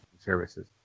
services